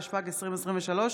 התשפ"ג 2023,